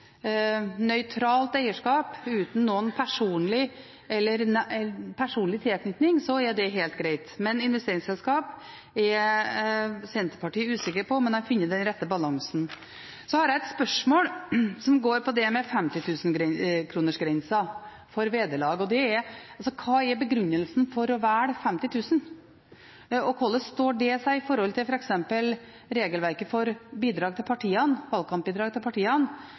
nøytralt eierskap uten noen personlig tilknytning, er det helt greit. Men for investeringsselskap er Senterpartiet er usikker på om en har funnet den rette balansen. Så har jeg et spørsmål som gjelder 50 000-kronersgrensa for vederlag. Hva er begrunnelsen for å velge 50 000 kr, og hvordan står det til f.eks. regelverket for valgkampbidrag til partiene